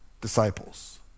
disciples